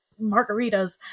margaritas